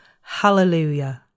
Hallelujah